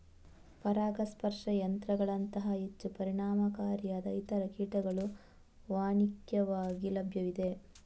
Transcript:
ಪರಾಗಸ್ಪರ್ಶ ಯಂತ್ರಗಳಂತಹ ಹೆಚ್ಚು ಪರಿಣಾಮಕಾರಿಯಾದ ಇತರ ಕೀಟಗಳು ವಾಣಿಜ್ಯಿಕವಾಗಿ ಲಭ್ಯವಿವೆ